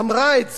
אמרה את זה.